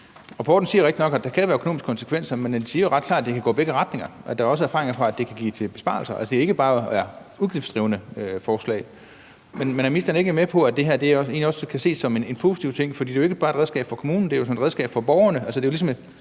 Rapporten siger rigtigt nok, at der kan være økonomiske konsekvenser, men den siger jo også ret klart, at det kan gå i begge retninger. Der er også erfaringer med, at det kan føre til besparelser, og at det ikke bare er et udgiftsdrivende forslag. Men er ministeren ikke også med på, at det her egentlig kan ses som en positiv ting? For det er jo ikke bare et redskab for kommunen, det er sådan et redskab for borgerne.